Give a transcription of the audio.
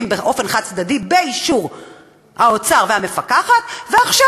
ועכשיו הם יעשו מאות מיליונים בגלל השקט והאי-עשייה.